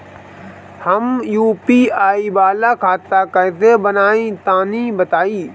हम यू.पी.आई वाला खाता कइसे बनवाई तनि बताई?